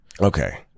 Okay